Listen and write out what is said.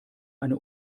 eine